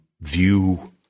view